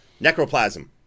necroplasm